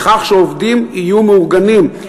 בכך שעובדים יהיו מאורגנים,